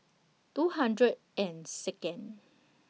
two hundred and Second